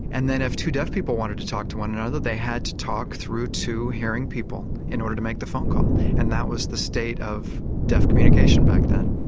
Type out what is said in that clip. and then if two deaf people wanted to talk to one another, they had to talk through two hearing people in order to make the phone call. and that was the state of deaf communication back then.